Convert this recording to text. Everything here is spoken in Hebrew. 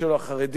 החרדים.